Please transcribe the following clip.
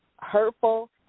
hurtful